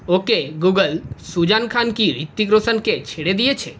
ওকে Google Sussanne Khan কি হৃত্বিক রোশানকে ছেড়ে দিয়েছে